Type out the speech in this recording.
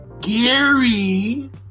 Gary